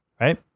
right